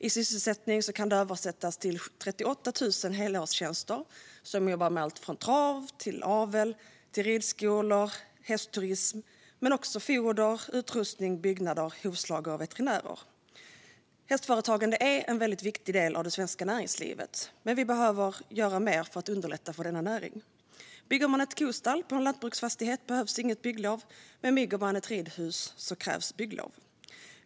I sysselsättning kan det översättas till 38 000 helårstjänster som jobbar med allt från trav och avel till ridskolor och hästturism men också foder, utrustning, byggnader, hovslagare och veterinärer. Hästföretagande är en viktig del av det svenska näringslivet, men vi behöver göra mer för att underlätta för denna näring. Bygger man ett kostall på en lantbruksfastighet behövs inget bygglov, men bygger man ett ridhus krävs bygglov.